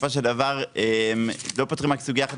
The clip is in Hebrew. בסופו של דבר לא פותרים רק סוגייה אחת,